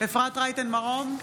אפרת רייטן מרום,